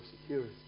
security